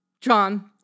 John